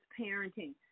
parenting